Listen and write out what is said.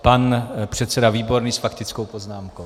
Pan předseda Výborný s faktickou poznámkou.